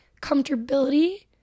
comfortability